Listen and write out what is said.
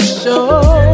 show